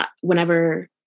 whenever